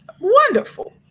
Wonderful